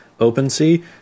OpenSea